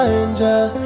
angel